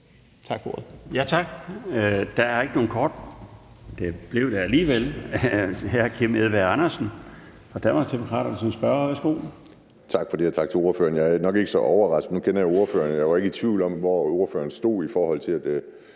Tak for ordet.